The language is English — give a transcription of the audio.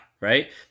right